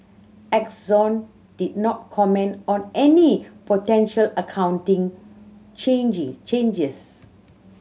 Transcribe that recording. Exxon did not comment on any potential accounting changes